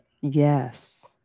Yes